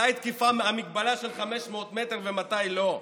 מתי תקפה ההגבלה של 500 מטר ומתי לא?